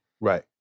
right